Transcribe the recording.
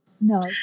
No